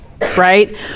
right